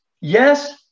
yes